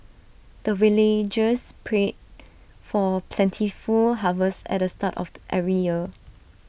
the villagers pray for plentiful harvest at the start of every year